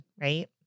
right